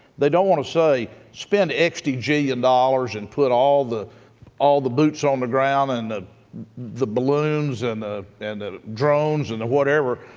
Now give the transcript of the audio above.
they don't want to say, spend a jillion dollars and put all the all the boots on the ground and the the balloons and the and the drones and the whatever.